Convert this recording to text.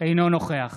אינו נוכח